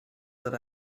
that